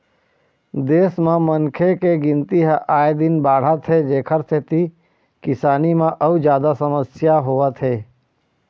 देश म मनखे के गिनती ह आए दिन बाढ़त हे जेखर सेती किसानी म अउ जादा समस्या होवत हे